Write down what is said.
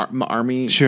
army